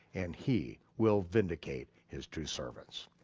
and he will vindicate his true servants.